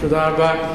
תודה רבה.